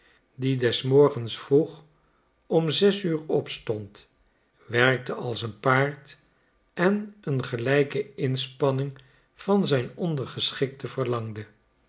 die des morgens vroeg om zes uur opstond werkte als een paard en een gelijke inspanning van zijn ondergeschikten verlangde